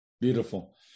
Beautiful